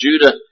Judah